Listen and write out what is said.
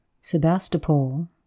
Sebastopol